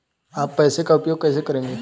आप पैसे का उपयोग कैसे करेंगे?